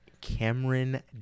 Cameron